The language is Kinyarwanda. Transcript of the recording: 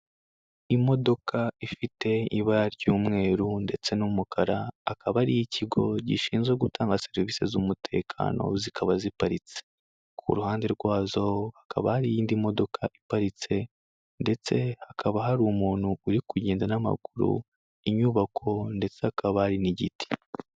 Imodoka ifite ibara ry'umweru ndetse n'umukara, akaba ari iy'ikigo gishinzwe gutanga serivisi z'umutekano, zikaba ziparitse. Ku ruhande rwazo hakaba hari iyindi modoka iparitse ndetse hakaba hari umuntu uri kugenda n'amaguru, inyubako ndetse hakaba hari n'igiti.